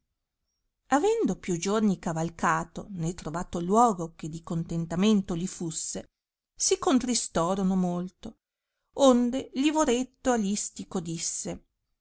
avendo più giorni cavalcato né trovato luogo che di contentamento li fusse si contristorono molto onde livoretto a listico disse